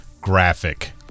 graphic